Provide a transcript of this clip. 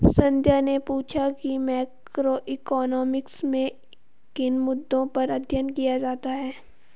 संध्या ने पूछा कि मैक्रोइकॉनॉमिक्स में किन मुद्दों पर अध्ययन किया जाता है